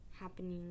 Happening